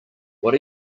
what